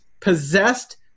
possessed